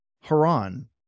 Haran